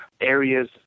areas